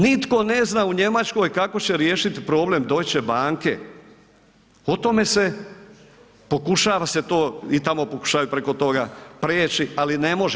Nitko ne zna u Njemačkoj kako će riješiti problem Deutsche Banke, o tome se pokušava se to i tamo pokušavaju preko toga preći, ali ne može.